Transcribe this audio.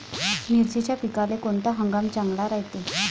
मिर्चीच्या पिकाले कोनता हंगाम चांगला रायते?